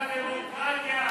בושה לדמוקרטיה,